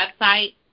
website